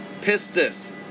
Pistis